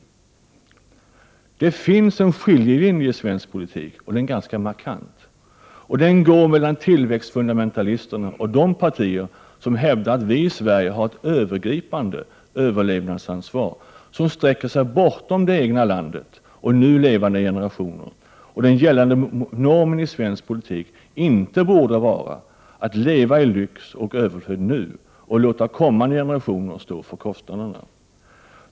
Det finns en skiljelinje i svensk politik, och den är ganska markant. Den går mellan tillväxtfundamentalisterna och de partier som hävdar dels att vi i Sverige har ett övergripande överlevnadsansvar som sträcker sig bortom det egna landet och nu levande generationer, dels att den gällande normen i ekonomisk politik inte borde vara att leva i lyx och överflöd nu och låta kommande generationer stå för kostnaderna.